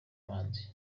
manzi